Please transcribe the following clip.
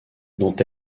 dont